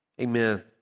Amen